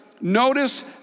Notice